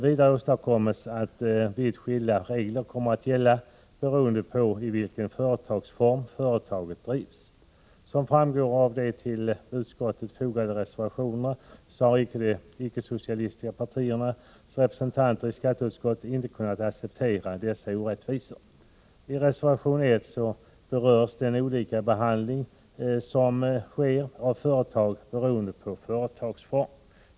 Vidare blir det så att vitt skilda regler kommer att gälla beroende på i vilken företagsform företaget drivs. Som framgår av de till betänkandet fogade reservationerna har de icke-socialistiska partiernas representanter i skatteutskottet inte kunnat acceptera dessa orättvisor. I reservation 1 berörs den olika behandlingen av företag, beroende på företagsformen.